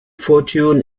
fortune